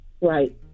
Right